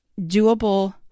doable